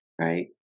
Right